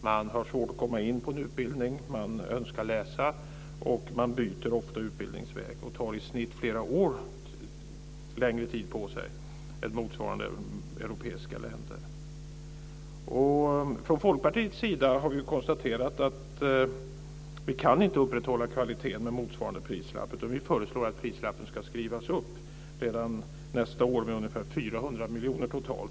Man har svårt att komma in på en utbildning, man önskar läsa och man byter ofta utbildningsväg och tar i snitt flera år längre tid på sig än i motsvarande europeiska länder. Från Folkpartiets sida har vi konstaterat att vi inte kan upprätthålla kvaliteten med motsvarande prislapp. Vi föreslår att priset ska skrivas upp redan nästa år med ungefär 400 miljoner totalt.